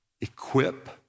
equip